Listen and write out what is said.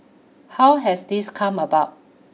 how has this come about